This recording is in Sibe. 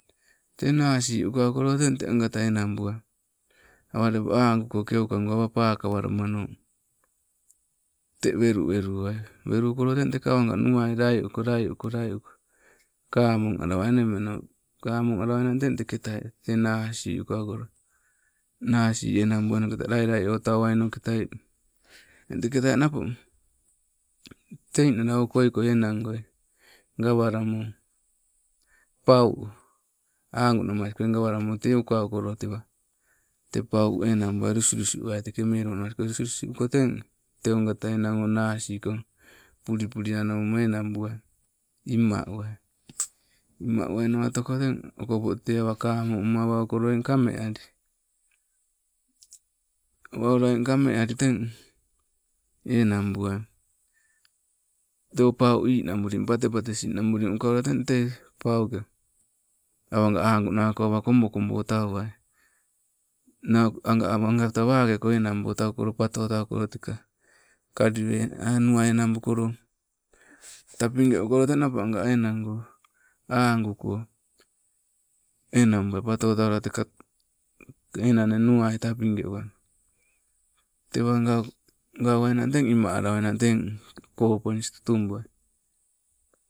Te nasii ukawukoloo, teng te agata enang buwai awagoo te aangu koo pakawalamanoo te weluwelu uwai weluwakoloo teng teka oga nuwai laiuko, laiuko laiuko kamong alawai kamong alwainangg te nasii ukawuko nasii enang buwai noketai lai lai otauwai noketai eng teke tai napo te oninala koikoi enang goi gawalamoo pau aangu namas koi gawalamoo, te ukawukoloo tewa te pau erang buai, imauwai. Imauwai nawa otoko teng okopo te kamongume awa oukolo eng kameoli, awa oula eng kameali teng eenangbuai. Te o pau ninabuli, pate patesi nabuli ukaula teng tei pau ke awaga aunako awa kobotauwai, nau- anga angapta wake ko enang botaukolo, patuotaukolo, kaliwei, ai nuwai enang bukoloo, tapegeukoloo, teng napo enang go angukoo enang buai patuwotawula teka enang nne nuwai tapinge uwai tewa gausainang teng ima alawainang teng koopuni tutubuwai